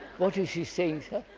what is she saying?